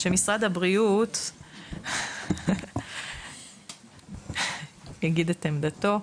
שמשרד הבריאות יגיד את עמדתו,